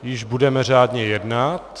Už budeme řádně jednat.